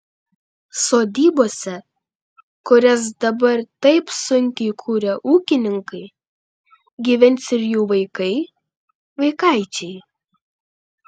sodybose kurias dabar taip sunkiai kuria ūkininkai gyvens ir jų vaikai vaikaičiai